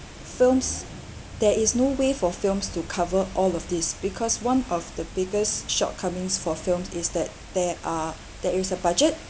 films there is no way for films to cover all of this because one of the biggest shortcomings for films is that there are there is a budget